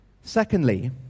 Secondly